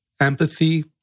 empathy